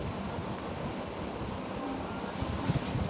payroll tax सलाना कर भुगतान के आसान बनावेला